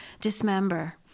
dismember